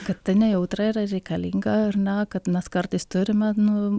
kad ta nejautra yra reikalinga ar na kad mes kartais turime nu